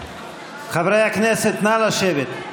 חברי הכנסת, נא לשבת.